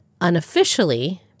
unofficially